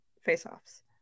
face-offs